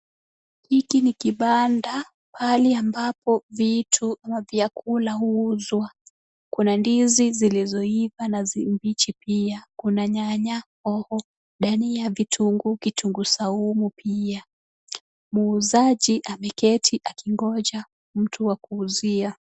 Hiki ni kibanda pahali ambapo vitu na vyakula huuzwa. Kuna ndizi zilizoiva na mbichi pia. Kuna nyanya, hoho, dania ,kitunguu ,kitunguu saumu pia. Muuzaji ameketi akingojea mtu wa kuuzia.